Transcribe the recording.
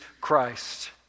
Christ